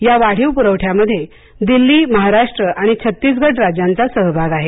या वाढीव पुरवठ्यामध्ये दिल्ली महाराष्ट्र आणि छत्तीसगड राज्यांचा सहभाग आहे